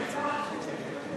לפחות מישהו מהקואליציה.